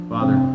Father